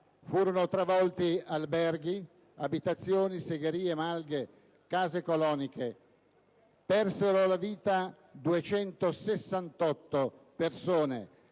Furono travolti alberghi, abitazioni, segherie, malghe, case coloniche. Persero la vita 268 persone